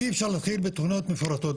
אי אפשר להתחיל בתוכניות מפורטות.